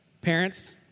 Parents